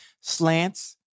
slants